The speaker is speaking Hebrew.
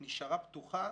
אילת נשארה פתוחה